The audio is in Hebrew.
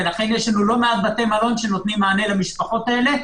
לכן יש לא מעט בתי מלון שנותנים מענה למשפחות האלה.